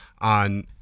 on